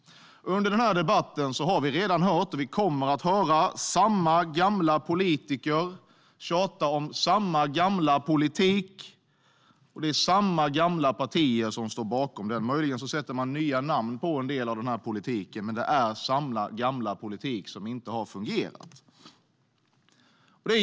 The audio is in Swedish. Under denna debatt har vi redan hört, och vi kommer att få höra, samma gamla politiker tjata om samma gamla politik, och det är samma gamla partier som står bakom den. Möjligen sätter man nya namn på en del av politiken, men det är samma gamla politik som inte har fungerat.